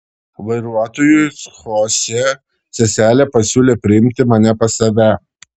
vairuotojui chosė seselė pasiūlė priimti mane pas save